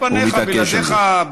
הוא מתעקש על זה.